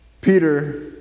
Peter